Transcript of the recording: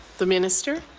the minister.